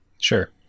Sure